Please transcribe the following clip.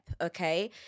okay